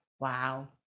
Wow